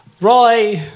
Roy